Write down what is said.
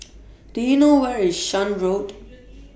Do YOU know Where IS Shan Road